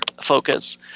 focus